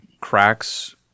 cracks